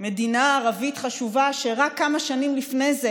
מדינה ערבית חשובה שרק כמה שנים לפני זה